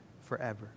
forever